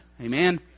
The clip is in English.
Amen